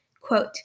Quote